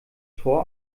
tor